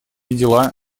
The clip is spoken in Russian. дела